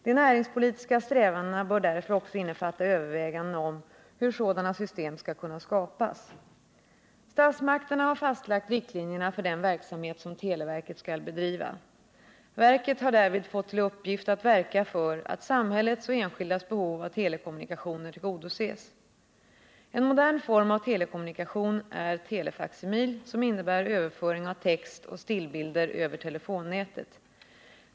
De näringspolitiska strävandena bör därför också innefatta överväganden om hur sådana system skall kunna skapas. Statsmakterna har fastlagt riktlinjerna för den verksamhet som televerket skall bedriva. Verket har därvid fått till uppgift att verka för att samhällets och enskildas behov av telekommunikationer tillgodoses. En modern form av telekommunikation är telefaksimil, som innebär överföring av text och stillbilder över telefonnätet.